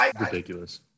ridiculous